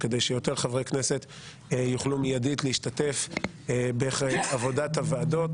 כדי שיותר חברי כנסת יוכלו מיידית להשתתף בעבודת הוועדות